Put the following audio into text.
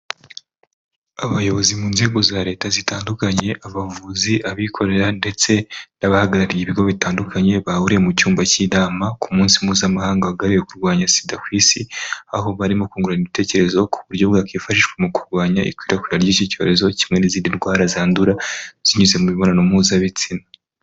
Abayobozi mu nzego za Leta zitandukanye, abavuzi, abikorera, ndetse n'abahagarariye ibigo bitandukanye bahuriye mu cyumba cy'inama ku munsi mpuzamahanga wahariwe kurwanya SIDA ku isi, aho barimo kungurana ibitekerezo ku buryo bwakwifashishwa mu kurwanya ikwirakwira ry'iki cyorezo kimwe n'izindi ndwara zandura zinyuze mu mibonano mpuzabitsina.